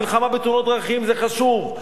מלחמה בתאונות דרכים זה חשוב,